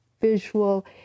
visual